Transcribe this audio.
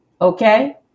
okay